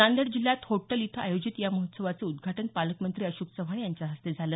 नांदेड जिल्ह्यात होट्टल इथं आयोजित या महोत्सवाचं उद्घाटन पालकमंत्री अशोक चव्हाण यांच्या हस्ते झालं